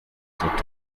atatu